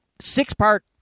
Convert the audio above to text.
six-part